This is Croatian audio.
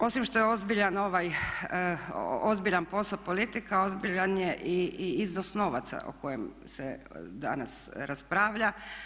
Osim što je ozbiljan ovaj, ozbiljan posao politika, ozbiljan je i iznos novaca o kojem se danas raspravlja.